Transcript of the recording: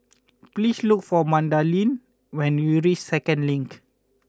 please look for Madalyn when you reach Second Link